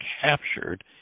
captured